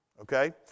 Okay